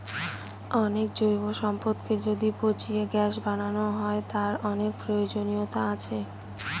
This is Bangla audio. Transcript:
অনেক জৈব সম্পদকে যদি পচিয়ে গ্যাস বানানো হয়, তার অনেক প্রয়োজনীয়তা আছে